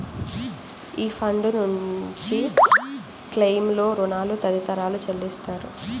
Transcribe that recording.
ఈ ఫండ్ నుంచి క్లెయిమ్లు, రుణాలు తదితరాలు చెల్లిస్తారు